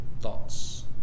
thoughts